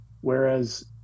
Whereas